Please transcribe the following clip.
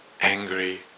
angry